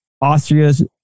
Austria's